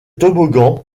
toboggans